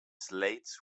slates